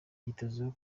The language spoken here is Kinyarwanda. yitezweho